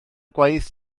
gwaith